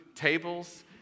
tables